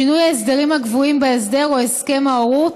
שינוי ההסדרים הקבועים בהסדר או הסכם ההורות,